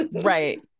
Right